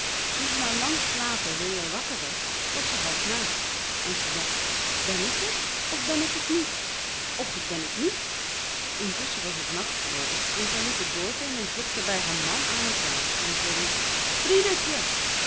toen ze na lang slapen weêr wakker werd was ze half naakt en ze dacht ben ik het of ben ik het niet och ik ben het niet intusschen was het nacht geworden en zij liep het dorp in en klopte bij haar man aan het raam en ze riep friedertje